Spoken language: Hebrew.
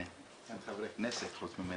אני לא חושב שמנחת שהוא דבר קרדינלי משמעותי ביותר